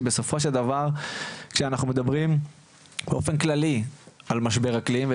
שבסופו של דבר כשאנחנו מדברים באופן כללי על משבר אקלים,